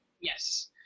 Yes